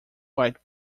quite